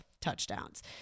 touchdowns